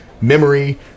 memory